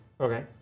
Okay